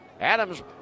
Adams